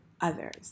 others